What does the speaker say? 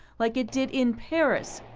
like it did in paris.